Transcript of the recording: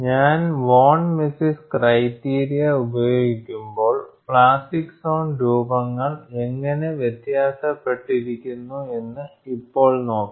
ഞാൻ von Mises criteria ഉപയോഗിക്കുമ്പോൾ plastic zone രൂപങ്ങൾ എങ്ങനെ വ്യത്യാസപ്പെട്ടിരിക്കുന്നു എന്ന് ഇപ്പോൾ നോക്കാം